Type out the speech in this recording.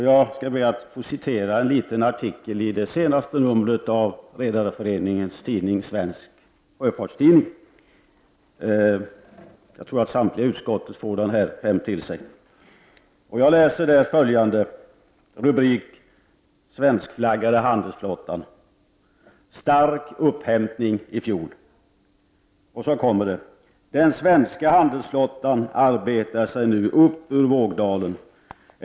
Jag skall be att få citera en liten artikel i det senaste numret av Redareföreningens tidning Svensk Sjöfarts Tidning, som jag tror att samtliga ledamöter i utskottet får hem till sig. Artikeln har rubriken Svenskflaggade handelsflottan: Stark upphämtning i fjol. ”Den svenska handelsflottan arbetar sig nu upp ur vågdalen.